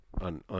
on